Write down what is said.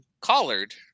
collard